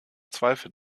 zweifel